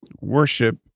worship